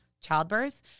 childbirth